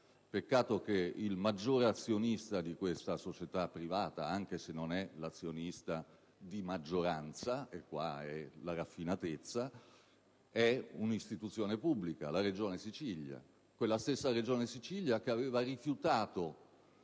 peccato che il maggiore azionista di tale società privata (anche se non è l'azionista di maggioranza: qui è la raffinatezza) sia un'istituzione pubblica, la Regione Sicilia. Quella stessa Regione Sicilia che aveva rifiutato